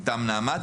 מטעם נעמת,